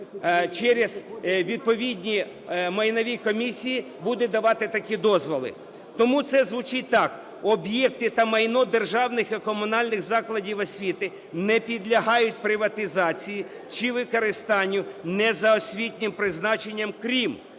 через відповідні майнові комісії буде давати такі дозволи. Тому це звучить так: "об'єкти та майно державних і комунальних закладів освіти не підлягають приватизації чи використанню не за освітнім призначенням, крім